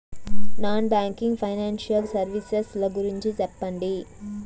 Non banking financial services ల గురించి సెప్పండి?